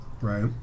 Right